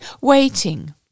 waiting